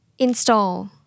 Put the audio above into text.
Install